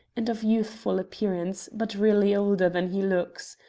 and of youthful appearance, but really older than he looks.